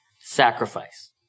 sacrifice